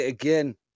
Again